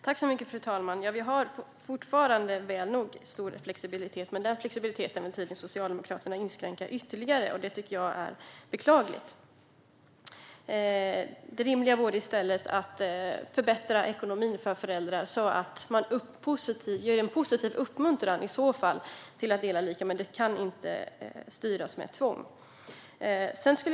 Fru talman! Vi har fortfarande en stor flexibilitet, men den flexibiliteten vill tydligen Socialdemokraterna inskränka ytterligare. Det tycker jag är beklagligt. Det rimliga vore i stället att förbättra ekonomin för föräldrar så att man i så fall ger en positiv uppmuntran till att dela lika. Det kan inte styras med tvång.